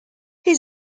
his